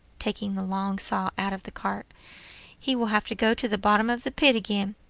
taking the long saw out of the cart he will have to go to the bottom of the pit again,